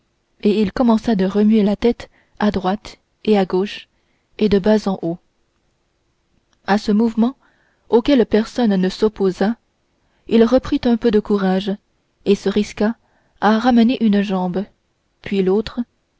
et il commença de remuer la tête à droite et à gauche et de bas en haut à ce mouvement auquel personne ne s'opposa il reprit un peu de courage et se risqua à ramener une jambe puis l'autre